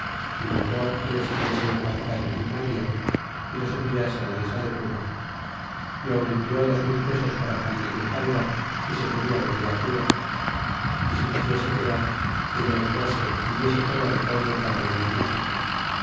y mandó que les hiciese embarcar en un navío y los enviase la isla de cuba y aun envió dos mil pesos para juan de grijalva si se quería volver a cuba é si quisiese quedar que le ayudase y diese todo recaudo para venir méxico